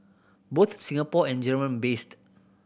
both Singapore and German based